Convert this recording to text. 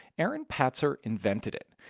aaron patzer invented it.